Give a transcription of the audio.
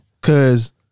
cause